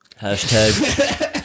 Hashtag